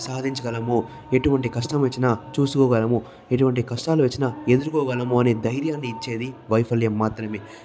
సాధించగలము ఎటువంటి కష్టం వచ్చినా చూసుకోగలము ఎటువంటి కష్టాలు వచ్చినా ఎదుర్కోగలమనే ధైర్యాన్నిచ్చేది వైఫల్యం మాత్రమే